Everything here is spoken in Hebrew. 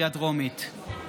הנחיות האיחוד האירופי (תיקוני חקיקה),